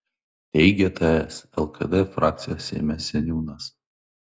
teigia ts lkd frakcijos seime seniūnas